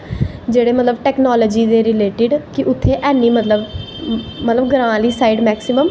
जेह्ड़े टैकनॉलजी दे रिलेटिड़ ओह् ऐनी उत्थें मतलव ग्रांऽ आह्ली साईड़ मैकसिमम